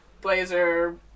blazer